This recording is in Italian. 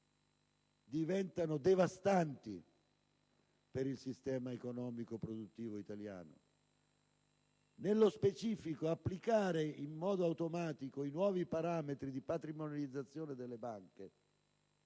diventano devastanti per il sistema economico e produttivo italiano. Nello specifico, applicare in modo automatico i nuovi parametri di patrimonializzazione delle banche